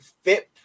fit